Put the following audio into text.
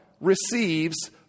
receives